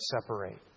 separate